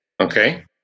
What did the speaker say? Okay